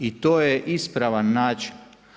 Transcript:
I to je ispravan način.